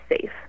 safe